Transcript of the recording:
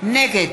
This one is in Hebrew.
נגד